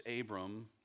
Abram